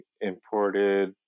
imported